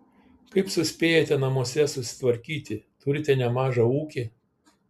kaip suspėjate namuose susitvarkyti turite nemažą ūkį